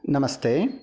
नमस्ते